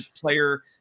player